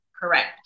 Correct